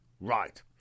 Right